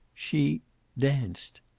she danced.